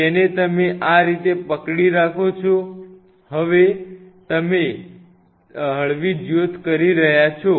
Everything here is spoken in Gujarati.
તેને તમે આ રીતે પકડી રાખો છો અને તમે હળવી જ્યોત કરી રહ્યા છો